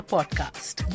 Podcast